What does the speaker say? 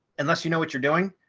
unless you know what you're doing.